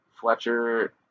Fletcher